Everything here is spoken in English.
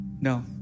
no